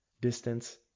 distance